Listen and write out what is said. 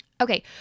Okay